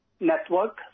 network